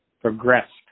progressed